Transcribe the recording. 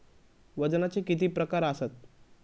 वजनाचे किती प्रकार आसत?